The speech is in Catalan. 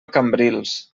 cambrils